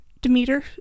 Demeter